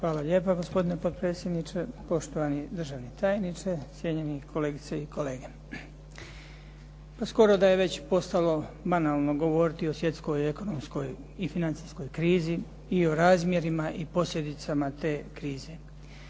Hvala lijepa gospodine potpredsjedniče, poštovani državni tajniče, cijenjeni kolegice i kolege. Pa skoro da je već postalo banalno govoriti o svjetskoj ekonomskoj i financijskoj krizi i o razmjerima i posljedicama te krize.